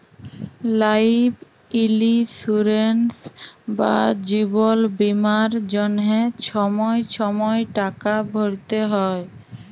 life insurance বা জিবল বীমার জ্যনহে ছময় ছময় টাকা ভ্যরতে হ্যয়